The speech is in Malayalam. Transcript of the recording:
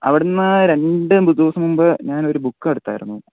അവിടെ നിന്ന് രണ്ടു ദിവസം മുൻപ് ഞാനൊരു ബുക്കെടുത്തായിരുന്നു